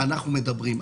אנחנו מדברים.